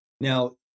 Now